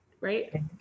right